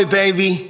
baby